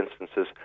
instances